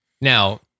now